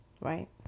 right